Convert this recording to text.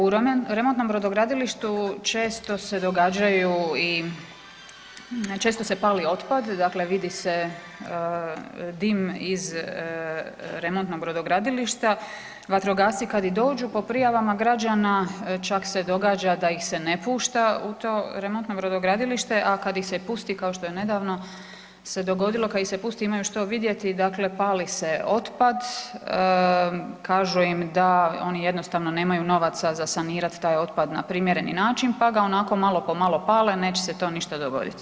U remontnom brodogradilištu često se događaju i često se pali otpad dakle vidi se dim iz remontnog brodogradilišta, vatrogasci kad i dođu po prijavama građana čak se događa da se ih ne pušta u to remontno brodogradilište a kad ih se pusti kao što je nedavno se dogodilo, imaju što vidjeti, dakle pali se otpad, kažu im da oni jednostavno nemaju novaca za sanirat taj otpad na primjereni način pa ga onako malo po malo pale, neće se to ništa dogoditi.